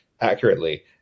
accurately